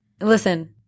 listen